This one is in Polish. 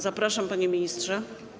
Zapraszam, panie ministrze.